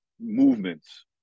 movements